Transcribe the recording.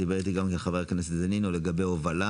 דיבר איתי גם חבר הכנסת דנינו לגבי הובלה